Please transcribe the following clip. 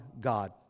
God